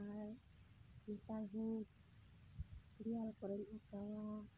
ᱟᱨ ᱱᱮᱛᱟᱨ ᱦᱚᱸ ᱫᱮᱣᱟᱞ ᱠᱚᱨᱤᱧ ᱟᱸᱠᱟᱣᱟ